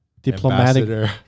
diplomatic